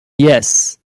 yes